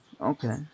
okay